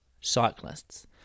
cyclists